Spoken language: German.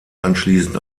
anschließend